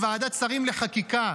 לוועדת שרים לחקיקה.